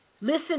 Listen